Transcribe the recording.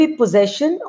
possession